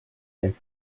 ehk